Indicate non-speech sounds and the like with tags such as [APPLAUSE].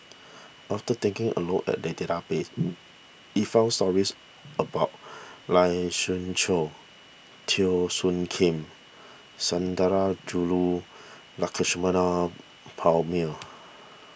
after taking a look at [UNINTELLIGIBLE] [NOISE] we found stories about Lai Siu Chiu Teo Soon Kim Sundarajulu Lakshmana Perumal